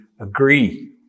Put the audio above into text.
agree